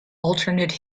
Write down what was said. alternate